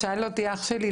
שאל אותי אח שלי,